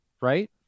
right